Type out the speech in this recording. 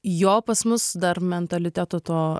jo pas mus dar mentaliteto to